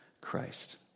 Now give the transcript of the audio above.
Christ